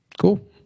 cool